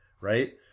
right